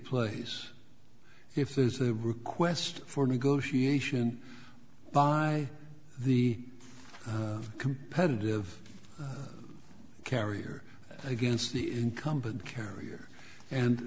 place if there is a request for negotiation by the competitive carrier against the incumbent carrier and